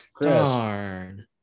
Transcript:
Darn